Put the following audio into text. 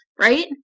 right